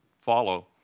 follow